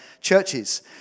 churches